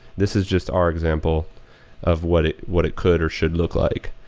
this is just our example of what it what it could or should look like.